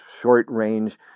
short-range